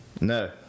No